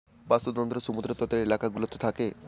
বাস্তুতন্ত্র সমুদ্র তটের এলাকা গুলোতে থাকে